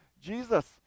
jesus